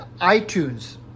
iTunes